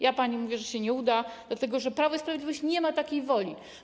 Ja pani mówię, że się nie uda, dlatego że Prawo i Sprawiedliwość nie ma takiej woli.